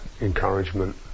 encouragement